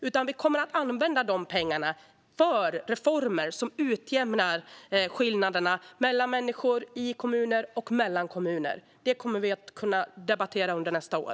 Vi kommer i stället att använda dessa pengar i reformer som utjämnar skillnaderna mellan människor i kommuner och mellan kommuner. Det kommer vi att kunna debattera nästa år.